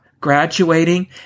graduating